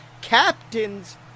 Captain's